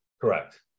correct